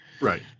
right